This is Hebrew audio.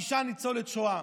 אישה ניצולת שואה